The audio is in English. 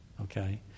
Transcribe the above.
Okay